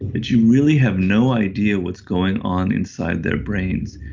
that you really have no idea what's going on inside their brains.